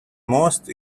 most